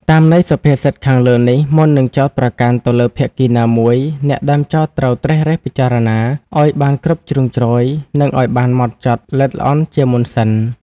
តាមន័យសុភាសិតខាងលើនេះ មុននឹងចោទប្រកាន់ទៅលើភាគីណាមួយ អ្នកដើមចោទត្រូវត្រិះរិះពិចារណាឲ្យបានគ្រប់ជ្រុងជ្រោយ និងឲ្យបានហ្មត់ចត់ល្អិតល្អន់ជាមុនសិន ។